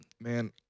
man